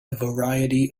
variety